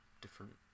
different